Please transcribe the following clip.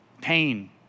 pain